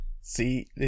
See